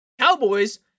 Cowboys